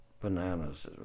bananas